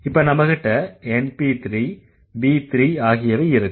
இப்ப நம்மகிட்ட NP3 V3 ஆகியவை இருக்கு